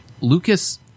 Lucas